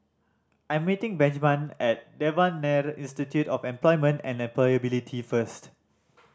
I'm meeting Benjman at Devan Nair Institute of Employment and Employability first